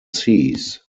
seas